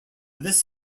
this